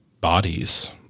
bodies